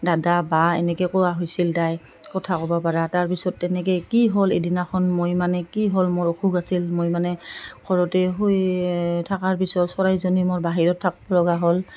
দাদা বা এনেকৈ কোৱা হৈছিল তাই কথা ক'ব পাৰা তাৰপিছত তেনেকৈ কি হ'ল এদিনাখন মই মানে কি হ'ল মোৰ অসুখ আছিল মই মানে ঘৰতে শুই থাকাৰ পিছত চৰাইজনী মোৰ বাহিৰত থাকিব লগা হ'ল